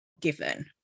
given